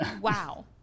Wow